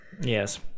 Yes